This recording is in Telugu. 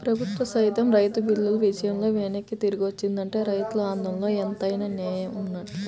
ప్రభుత్వం సైతం రైతు బిల్లుల విషయంలో వెనక్కి దిగొచ్చిందంటే రైతుల ఆందోళనలో ఎంతైనా నేయం వున్నట్లే